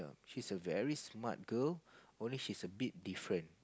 she's a very smart girl only she's a bit different